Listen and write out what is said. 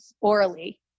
orally